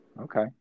Okay